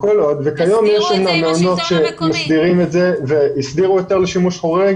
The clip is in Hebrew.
יש מעונות שהסדירו את הנושא של שימוש חורג